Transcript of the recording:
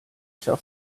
shall